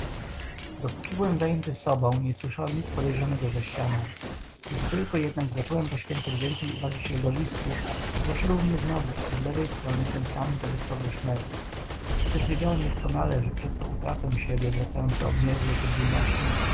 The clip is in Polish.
dopóki byłem zajęty sobą nie słyszałem nic podejrzanego za ścianą gdy tylko jednak zacząłem poświęcać więcej uwagi środowisku doszedł mnie znów od lewej strony ten sam zagadkowy szmer chociaż wiedziałem doskonale że przez to utracę siebie wracając do obmierzłej podwójności mimo